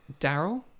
Daryl